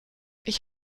ich